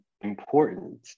important